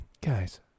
Guys